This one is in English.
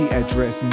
address